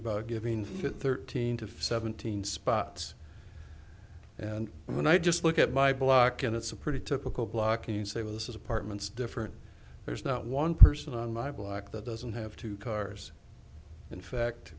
about giving food thirteen to seventeen spots and when i just look at my block and it's a pretty typical block in say well this is apartments different there's not one person on my block that doesn't have two cars in fact